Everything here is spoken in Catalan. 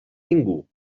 ningú